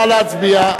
נא להצביע.